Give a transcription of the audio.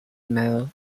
email